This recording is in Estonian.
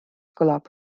kõlab